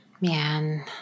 Man